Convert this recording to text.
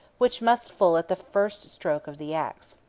which must full at the first stroke of the axe.